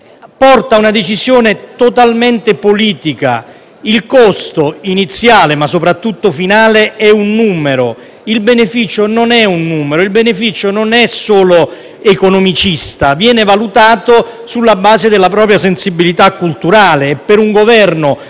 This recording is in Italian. porta a una decisione totalmente politica. Il costo iniziale, ma soprattutto quello finale, è un numero. Il beneficio invece non è un numero, il beneficio non è solo economicista, ma viene valutato sulla base della propria sensibilità culturale. Ad esempio, per un Governo